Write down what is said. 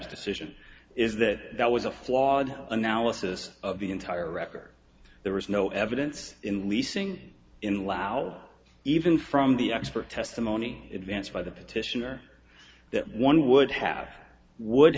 decision is that that was a flawed analysis of the entire record there was no evidence in leasing in loud even from the expert testimony advanced by the petitioner that one would have would